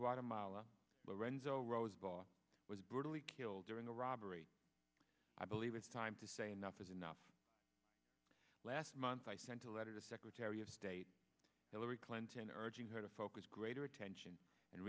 guatemala lorenzo rosebowl was brutally killed during a robbery i believe it's time to say enough is enough last month i sent a letter to secretary of state hillary clinton urging her to focus greater attention and